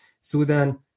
Sudan